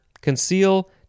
Conceal